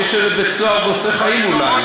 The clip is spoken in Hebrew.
הוא יושב בבית-סוהר ועושה חיים אולי.